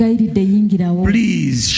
Please